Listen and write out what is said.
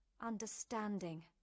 understanding